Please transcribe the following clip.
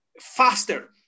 faster